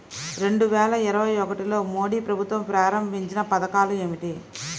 రెండు వేల ఇరవై ఒకటిలో మోడీ ప్రభుత్వం ప్రారంభించిన పథకాలు ఏమిటీ?